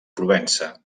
provença